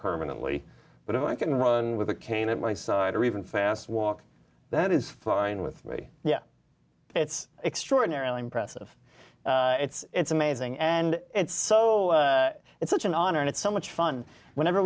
permanently but if i can run with a cane at my side or even fast walk that is fine with me yeah it's extraordinarily impressive it's it's amazing and it's so it's such an honor and it's so much fun whenever